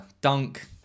Dunk